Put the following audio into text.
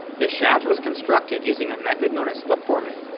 the shaft was constructed using a method known as slip-forming,